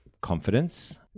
confidence